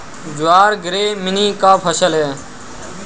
ज्वार ग्रैमीनी का फसल है